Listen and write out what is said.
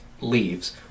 leaves